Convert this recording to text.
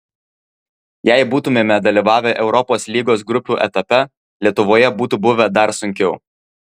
jei būtumėme dalyvavę europos lygos grupių etape lietuvoje būtų buvę dar sunkiau